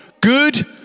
good